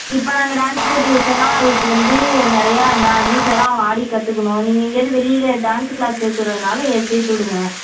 இப்போ நாங்கள் டான்ஸ் போட்டி வைச்சோன்னா அதுக்கு வந்து நிறையா டா வீட்லெலாம் அவன் ஆடி கற்றுக்குணும் நீங்கள் இங்கிருந்து வெளியில் டான்ஸ் கிளாஸ் சேர்த்து விட்றதுனாலும் ஏ சேர்த்து விடுங்க